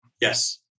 Yes